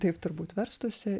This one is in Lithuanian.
taip turbūt verstųsi